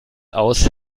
aus